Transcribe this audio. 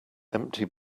empty